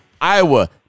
Iowa